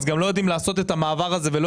אז גם לא יודעים לעשות את המעבר הזה ולא